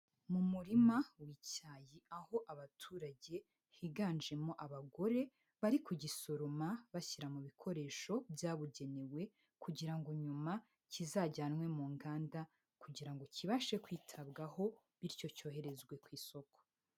Mu murima w'icyayi aho abaturage higanjemo abagore, bari kugisoroma bashyira mu bikoresho byabugenewe kugira ngo nyuma kizajyanwe mu nganda kugira ngo kibashe kwitabwaho bityo cyoherezwe ku isoko.